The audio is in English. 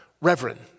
Reverend